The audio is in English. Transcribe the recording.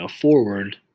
forward